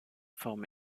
forme